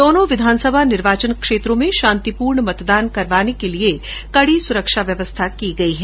दोनो विधानॅसभा निर्वाचन क्षेत्रों में शांतिपूर्ण मतदान कराने के लिये कड़ी सुरक्षा व्यवस्था की गई है